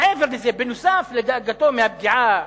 מעבר לזה, נוסף על דאגתו מהפגיעה